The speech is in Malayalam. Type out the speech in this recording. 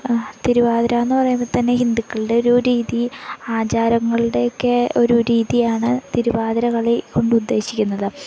തിരുവാതിരയെന്ന് പറയുമ്പോള് തന്നെ ഹിന്ദുക്കളുടെ ഒരു രീതി ആചാരങ്ങളുടെയൊക്കെ ഒരു രീതിയാണ് തിരുവാതിരകളി കൊണ്ടുദ്ദേശിക്കുന്നത്